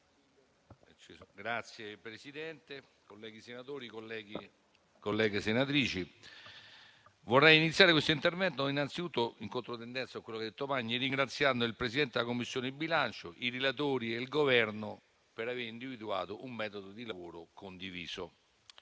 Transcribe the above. Signor Presidente, colleghi senatori, colleghe senatrici, vorrei iniziare questo intervento innanzitutto in controtendenza rispetto a quanto detto dal senatore Magni, ringraziando il Presidente della Commissione bilancio, i relatori e il Governo per aver individuato un metodo di lavoro condiviso.